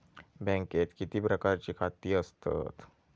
बँकेत किती प्रकारची खाती असतत?